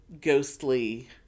ghostly